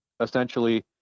essentially